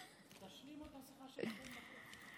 תשלימו את השיחה שלכם בחוץ.